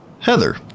Heather